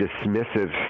dismissive